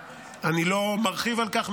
אני לא מרחיב על כך,